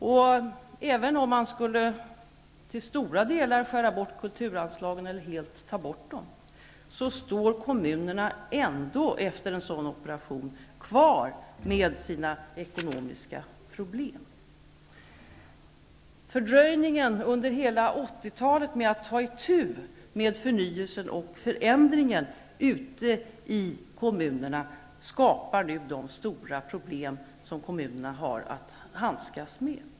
Även om kommunerna skulle till stora delar skära bort kulturanslagen eller helt ta bort dem, står kommunerna ändå efter en sådan operation kvar med sina ekonomiska problem. Fördröjningen under hela 80-talet med att ta itu med förnyelsen och förändringen ute i kommunerna skapar nu de stora problem som kommunerna har att handskas med.